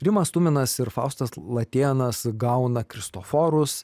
rimas tuminas ir faustas latėnas gauna kristoforus